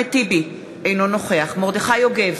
אחמד טיבי, אינו נוכח מרדכי יוגב,